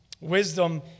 Wisdom